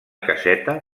caseta